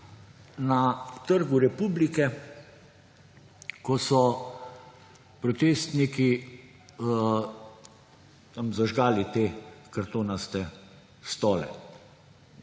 na Trgu republike, ko so protestniki tam zažgali te kartonaste stole.